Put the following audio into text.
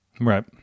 Right